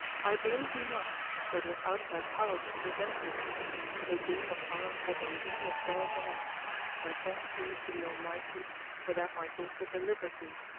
i blame thee not, for it was out of thy power to prevent this the doom of allah was on thee as well as on us and thanks be to the almighty for that my daughter delivered thee,